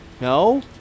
No